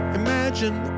imagine